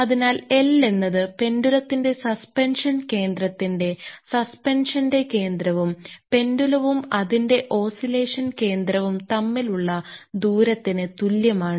അതിനാൽ L എന്നത് പെൻഡുലത്തിന്റെ സസ്പെൻഷൻ കേന്ദ്രത്തിന്റെ സസ്പെൻഷന്റെ കേന്ദ്രവും പെൻഡുലവും അതിന്റെ ഓസിലേഷൻ കേന്ദ്രവും തമ്മിലുള്ള ദൂരത്തിന് തുല്യമാണ്